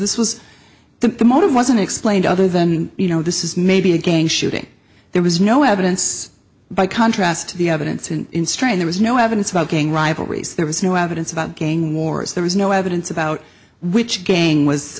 this was the motive wasn't explained other than you know this is maybe a gang shooting there was no evidence by contrast to the evidence and there was no evidence about gang rivalries there was no evidence about gang wars there is no evidence about which again was